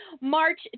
March